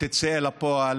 תצא אל הפועל